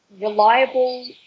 reliable